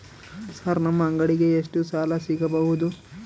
Sir ನಮ್ಮ ಅಂಗಡಿಗೆ ಎಷ್ಟು ಸಾಲ ಸಿಗಬಹುದು?